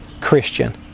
Christian